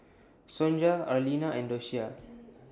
Sonja Arlena and Docia